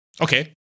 Okay